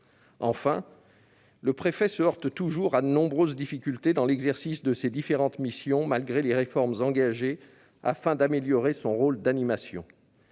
Enfin, le préfet se heurte toujours à de nombreuses difficultés dans l'exercice de ses différentes missions, malgré les réformes engagées afin d'améliorer son rôle d'animation.